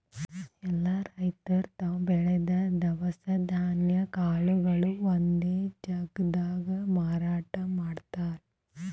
ಎಲ್ಲಾ ರೈತರ್ ತಾವ್ ಬೆಳದಿದ್ದ್ ದವಸ ಧಾನ್ಯ ಕಾಳ್ಗೊಳು ಒಂದೇ ಜಾಗ್ದಾಗ್ ಮಾರಾಟ್ ಮಾಡ್ತಾರ್